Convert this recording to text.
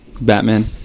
batman